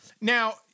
Now